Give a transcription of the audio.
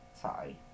Sorry